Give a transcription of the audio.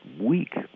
week